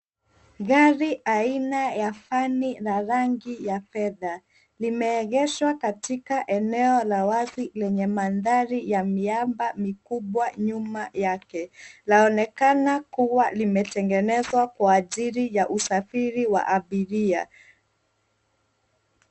Gari aina ya vani la rangi ya fedha limeegeshwa katika eneo la wazi lenye mandhari ya miamba mikubwa nyuma lake. Laonekana kuwa limetengenezwa kwa ajili ya usafiri wa abiria.